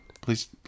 please